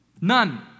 None